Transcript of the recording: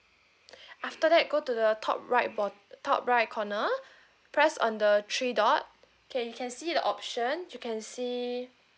after that go to the top right bot~ top right corner press on the three dot okay you can see the option you can see